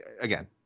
again